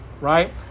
right